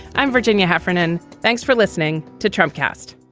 i'm virginia heffernan. thanks for listening to trump cast